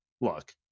look